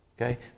okay